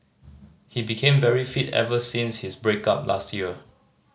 he became very fit ever since his break up last year